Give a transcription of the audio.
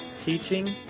teaching